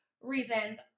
reasons